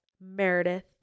Meredith